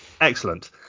excellent